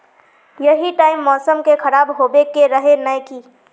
यही टाइम मौसम के खराब होबे के रहे नय की?